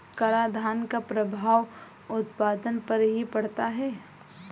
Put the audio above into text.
करादान का प्रभाव उत्पादन पर भी पड़ता है